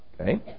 Okay